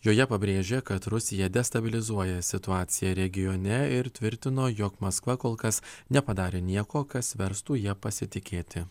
joje pabrėžė kad rusija destabilizuoja situaciją regione ir tvirtino jog maskva kol kas nepadarė nieko kas verstų ja pasitikėti